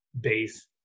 base